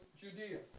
Judea